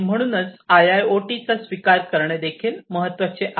म्हणूनच आयआयओटीचा स्वीकार करणे देखील महत्वाचे आहे